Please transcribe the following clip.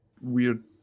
weird